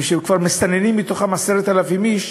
אבל כשמסננים מתוכם 10,000 איש,